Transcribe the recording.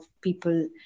people